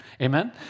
Amen